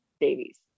Davies